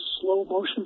slow-motion